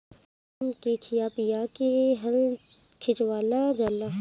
बैलन के खिया पिया के हल खिचवावल जाला